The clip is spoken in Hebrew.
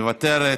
מוותרת,